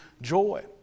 joy